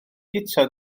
guto